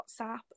whatsapp